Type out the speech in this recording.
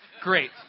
Great